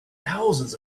thousands